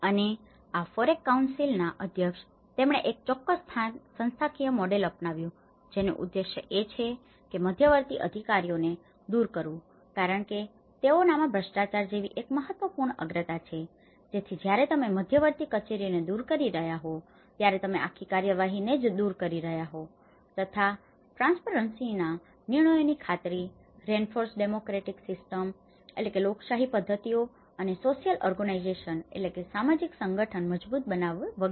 અને આ FOREC કાઉન્સિલના council મંડળી અધ્યક્ષ તેમણે એક ચોક્કસ સંસ્થાકીય મોડેલ અપનાવ્યું જેનું ઉદ્દેશ્ય એ છે કે મધ્યવર્તી અધિકારીઓને દૂર કરવું કારણ કે તેઓનામાં ભ્રષ્ટાચાર જેવી એક મહત્વપૂર્ણ અગ્રતા છે જેથી જ્યારે તમે મધ્યવર્તી કચેરીઓને દૂર કરી રહ્યા હો ત્યારે તમે આખી કાર્યવાહીને જ દૂર કરી રહ્યા છો તથા ટ્રાન્સપરન્સીના transparency પારદર્શિતા નિર્ણયોની ખાતરી reinforce democratic systems reinforce democratic systems લોકશાહી પદ્ધતિઓ અને સોશિયલ ઓર્ગનાઇઝેશનને social organization સામાજિક સંગઠન મજબૂત બનાવવી વિગેરે